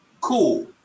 cool